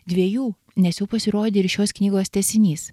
dviejų nes jau pasirodė ir šios knygos tęsinys